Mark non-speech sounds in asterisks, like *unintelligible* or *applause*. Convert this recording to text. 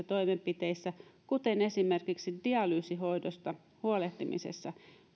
*unintelligible* toimenpiteissä kuten esimerkiksi dialyysihoidosta huolehtimisessa ja